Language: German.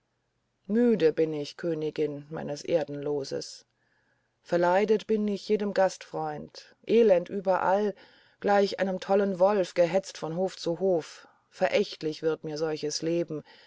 müde bin ich königin meines erdenloses verleidet bin ich jedem gastfreund elend überall gleich einem tollen wolf gehetzt von hof zu hof verächtlich wird mir solches leben